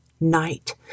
night